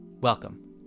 Welcome